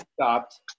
stopped